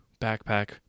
backpack